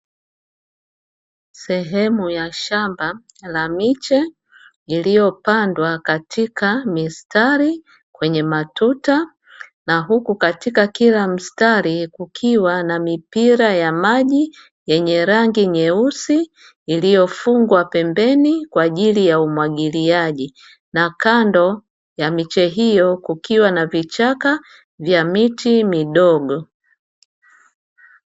Sehemu ya shamba la miche, iliyopandwa katika mistari kwenye matuta na huku katika kila mstari kukiwa na mipira ya maji yenye rangi nyeusi iliyofungwa pembeni kwa ajili ya umwagiliaji na kando ya miche hiyo kukiwa na vichaka vya miti midogo.